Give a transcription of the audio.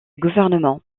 gouvernement